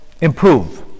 improve